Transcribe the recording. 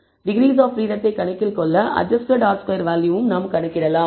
degrees of பிரீடத்தை கணக்கில் கொள்ள அட்ஜஸ்டட் R2 வேல்யூவும் நாம் கணக்கிடலாம்